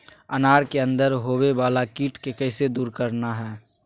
अनार के अंदर होवे वाला कीट के कैसे दूर करना है?